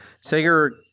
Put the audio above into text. Sager